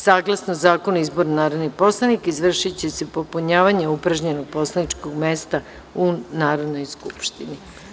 Saglasno Zakonu o izboru narodnih poslanika izvršiće se popunjavanje upražnjenog poslaničkog mesta u Narodnoj skupštini.